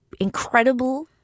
incredible